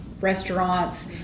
restaurants